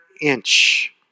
inch